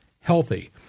healthy